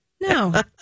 No